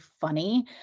funny